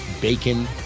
bacon